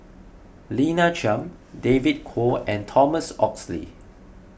Lina Chiam David Kwo and Thomas Oxley